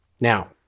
Now